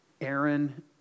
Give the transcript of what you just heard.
Aaron